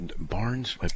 Barnes